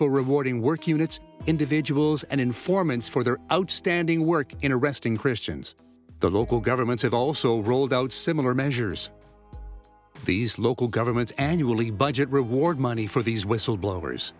for rewarding work units individuals and informants for their outstanding work in arresting christians the local governments have also rolled out similar measures these local governments annually budget reward money for these whistleblowers